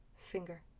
finger